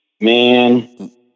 Man